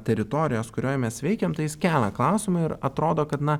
teritorijos kurioj mes veikiam tai jis kelia klausimą ir atrodo kad na